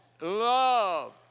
love